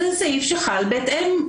זה סעיף שחל בהתאם.